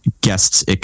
guests